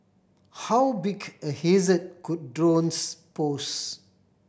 how big a hazard could drones pose